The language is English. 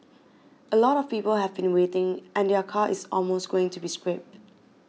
a lot of people have been waiting and their car is almost going to be scrapped